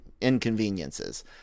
inconveniences